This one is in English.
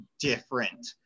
different